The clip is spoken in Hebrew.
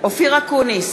אופיר אקוניס,